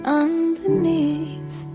underneath